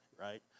right